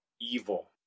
evil